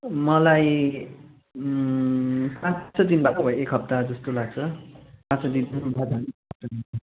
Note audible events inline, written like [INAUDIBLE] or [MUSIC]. मलाई पाँच छ दिन [UNINTELLIGIBLE] एक हप्ता जस्तो लाग्छ पाँच छ दिन [UNINTELLIGIBLE]